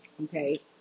Okay